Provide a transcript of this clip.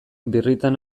birritan